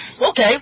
okay